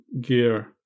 gear